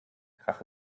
krach